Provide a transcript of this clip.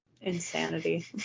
Insanity